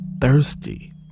thirsty